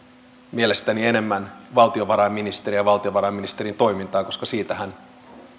mielestäni enemmän valtiovarainministeriä ja valtiovarainministerin toimintaa koska siitähän